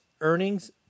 earnings